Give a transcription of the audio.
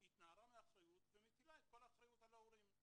התנערה מאחריות ומטילה את כל האחריות על ההורים.